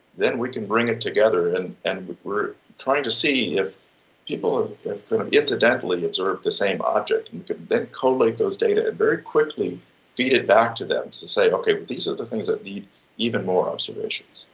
then we can bring it together and and we're trying to see if people have incidentally observed the same object, and you can then collate those data and very quickly feed it back to them, to say okay, but these are the things that need even more observations.